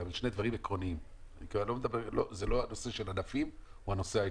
לא הנושא של ענפים הוא הנושא העקרוני.